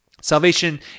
Salvation